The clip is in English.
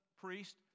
priest